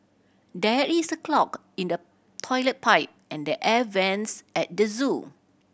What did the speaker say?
there is a clog in the toilet pipe and the air vents at the zoo